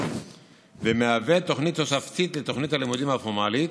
ומהווה תוכנית תוספתית לתוכנית הלימודים הפורמלית.